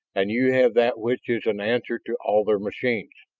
and you have that which is an answer to all their machines,